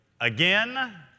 again